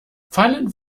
fallen